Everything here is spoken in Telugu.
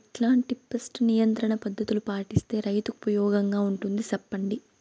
ఎట్లాంటి పెస్ట్ నియంత్రణ పద్ధతులు పాటిస్తే, రైతుకు ఉపయోగంగా ఉంటుంది సెప్పండి?